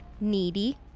Needy